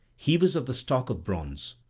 he was of the stock of bronze,